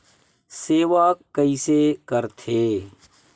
सेवा कइसे करथे?